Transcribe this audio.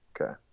Okay